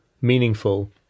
meaningful